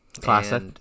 Classic